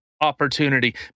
opportunity